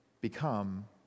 become